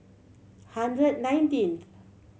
hundred nineteen